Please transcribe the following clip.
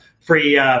free